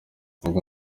ubwo